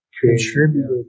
contributed